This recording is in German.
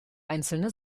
einzelne